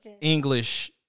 English